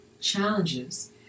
challenges